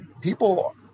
people